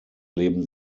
leben